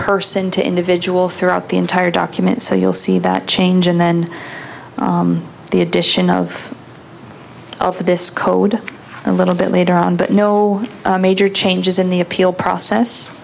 person to individual throughout the entire document so you'll see that change and then the addition of this code a little bit later on but no major changes in the appeal process